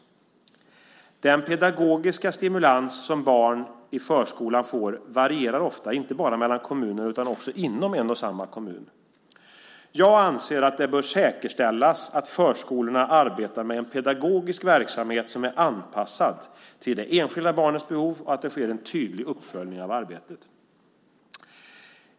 Den pedagogiska stimulans som barn i förskola får varierar ofta, inte bara mellan kommuner utan också inom en och samma kommun. Jag anser att det bör säkerställas att förskolorna arbetar med en pedagogisk verksamhet som är anpassad till det enskilda barnets behov och att det sker en tydlig uppföljning av arbetet.